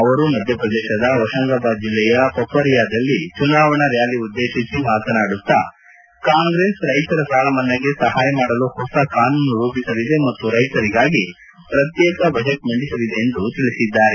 ಅವರು ಮಧ್ಯಪ್ರದೇಶದ ಹೊಶಂಗಾಬಾದ್ ಜಿಲ್ಲೆಯ ಪಿಪರಿಯಾದಲ್ಲಿ ಚುನಾವಣಾ ರ್ಯಾಲಿಯನ್ನು ಉದ್ದೇಶಿಸಿ ಮಾತನಾಡುತ್ತಾ ಕಾಂಗ್ರೆಸ್ ರೈತರ ಸಾಲಮನ್ನಾಗೆ ಸಹಾಯ ಮಾಡಲು ಹೊಸ ಕಾನೂನು ರೂಪಿಸಲಿದೆ ಮತ್ತು ರೈತರಿಗಾಗಿ ಪ್ರತ್ಯೇಕ ಬಜೆಟ್ ಮಂಡಿಸಲಿದೆ ಎಂದು ಹೇಳಿದ್ದಾರೆ